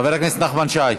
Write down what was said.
חבר הכנסת נחמן שי.